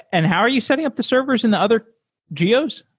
and how are you setting up the servers in the other geos?